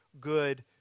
good